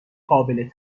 قابل